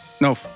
No